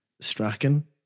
Strachan